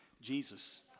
Jesus